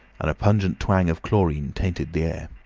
and a pungent twang of chlorine tainted the air.